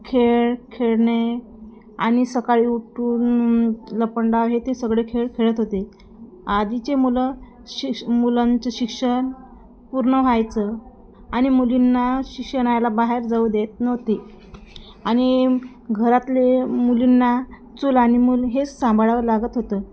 खेळ खेळणे आणि सकाळी उठून लपंडाव हे ते सगळे खेळ खेळत होते आधीचे मुलं शिश मुलांचं शिक्षण पूर्ण व्हायचं आणि मुलींना शिक्षणाला बाहेर जाऊ देत नव्हते आणि घरातले मुलींना चूल आणि मुल हेच सांभाळावं लागत होतं